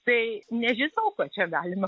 tai nežinau kuo čia galima